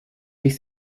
sich